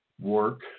work